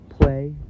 play